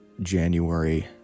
January